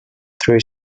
three